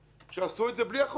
שעשו את זה בלי החוק הזה,